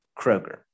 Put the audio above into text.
kroger